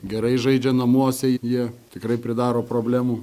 gerai žaidžia namuose jie tikrai pridaro problemų